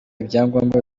ibyangombwa